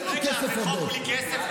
אין לו כסף עודף.